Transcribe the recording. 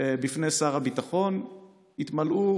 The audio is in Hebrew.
בפני שר הביטחון התמלאו,